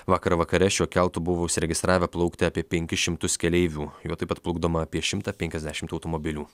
vakar vakare šiuo keltu buvo užsiregistravę plaukti apie penkis šimtus keleivių juo taip pat plukdoma apie šimtą penkiasdešimt automobilių